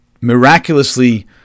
miraculously